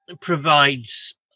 provides